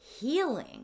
healing